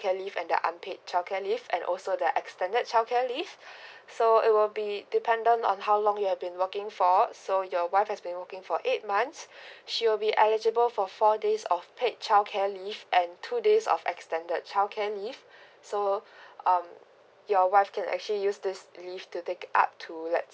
childcare leave and unpaid childcare leave and also the extended childcare leave so it will be dependent on how long you have been working for us so your wife has been working for eight months she will be eligible for four days of paid childcare leave and two days of extended childcare leave so um your wife can actually use this leave to take it up to lets